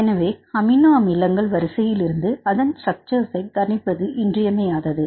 எனவே அமினோ அமிலங்கள் வரிசையிலிருந்து அதன் ஸ்ட்ரக்சர்ஐ கணிப்பது இன்றியமையாதது